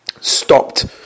stopped